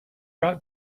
got